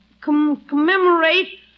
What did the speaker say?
commemorate